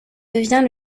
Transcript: devint